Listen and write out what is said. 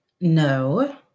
no